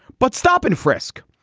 but stop and frisk,